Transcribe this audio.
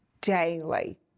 daily